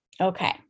Okay